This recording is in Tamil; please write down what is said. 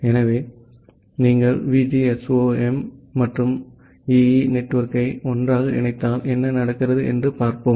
எனவே நீங்கள் VGSOM மற்றும் EE நெட்வொர்க்கை ஒன்றாக இணைத்தால் என்ன நடக்கிறது என்று பார்ப்போம்